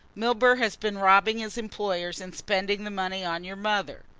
milburgh has been robbing his employers and spending the money on your mother.